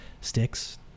sticks